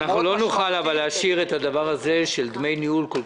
אבל לא נוכל להשאיר את דמי הניהול הכל